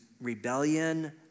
rebellion